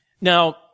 Now